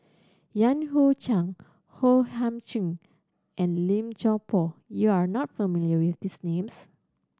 Yan Hui Chang O Thiam Chin and Lim Chuan Poh you are not familiar with these names